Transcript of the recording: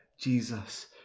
Jesus